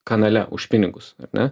kanale už pinigus ar ne